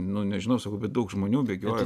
nu nežinau sakau bet daug žmonių bėgioja